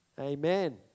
Amen